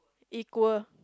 equal